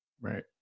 right